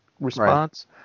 response